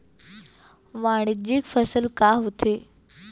वाणिज्यिक फसल का होथे?